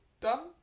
done